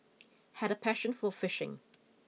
had a passion for fishing